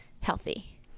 healthy